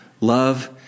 love